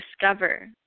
Discover